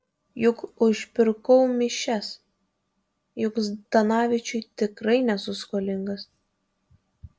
juk užpirkau mišias juk zdanavičiui tikrai nesu skolingas